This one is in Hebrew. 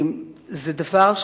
זה דבר,